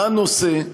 מה הנושא,